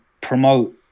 promote